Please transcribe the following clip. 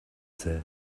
says